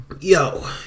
Yo